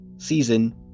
season